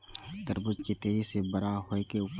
तरबूज के तेजी से बड़ा होय के उपाय?